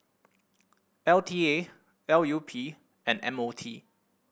L T A L U P and M O T